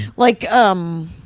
like, um,